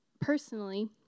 personally